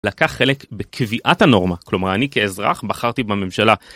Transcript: לקח חלק בקביעת הנורמה, כלומר אני כאזרח בחרתי בממשלה.